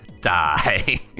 die